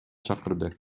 чакырды